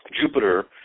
Jupiter